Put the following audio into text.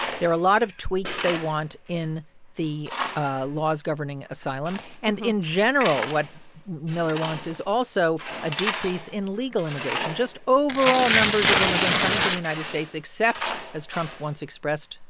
there are a lot of tweaks they want in the ah laws governing asylum. and in general, what miller wants is also a decrease in legal immigration, just overall numbers of immigrants coming to the united states except, as trump once expressed,